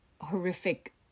horrific